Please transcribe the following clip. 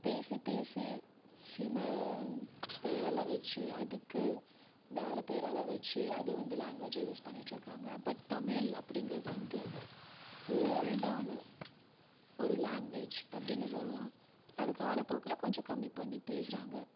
பேசி பேசி சில பேரெல்லாம் வச்சு அதுக்கு வேற பேரெல்லாம் வச்சு அதை வந்து லாங்குவேஜாக யூஸ் பண்ணிட்டு இருக்காங்க பட் தமிழ் அப்படிங்கிறது வந்து ஓல்டான ஒரு லாங்குவேஜ் அப்படின்னு சொல்லலாம் அது காலப்போக்கில் கொஞ்சம் கம்மிப்பண்ணி பேசுகிறாங்க